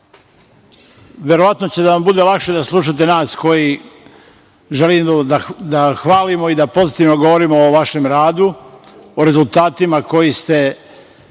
verovatno će da vam bude lakše da slušate nas koji želimo da hvalimo i da pozitivno govorimo o vašem radu, o rezultatima koje ste